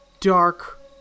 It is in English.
dark